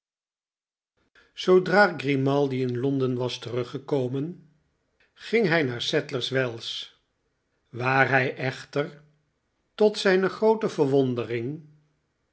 zoodra grimaldi in londen was teruggekomen ging hij naar sadlers wells waar hij echter tot zijne groote verwondering